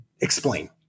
explain